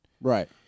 Right